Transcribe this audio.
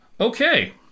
Okay